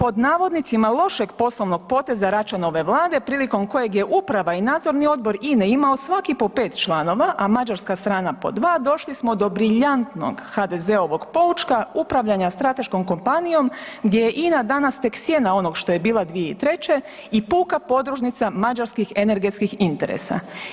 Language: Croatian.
Od po navodnicima lošeg poslovnog poteza Račanove vlade prilikom kojeg je uprava i nadzorni odbor INE imao svaki po 5 članova, a Mađarska strana po 2 došli smo do briljantnog HDZ-ovog poučka upravljanja strateškom kompanijom gdje je INA danas tek sjena što je bila 2003. i puka podružnica mađarskih energetskih interesa.